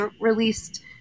released